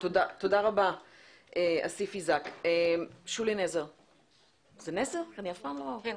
האסדה התחילה להזרים גז ב-31